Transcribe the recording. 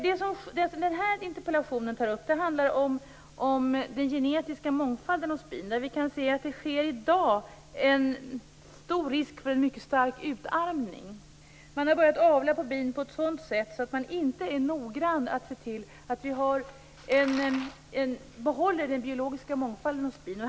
Den här interpellationen handlar om den genetiska mångfalden hos bin. Vi kan se att det i dag finns en stor risk för en mycket stark utarmning. Man har börjat avla på bin på ett sådant sätt att man inte är noga med att se till att behålla den biologiska mångfalden hos bin.